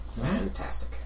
Fantastic